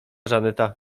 żaneta